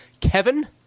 Kevin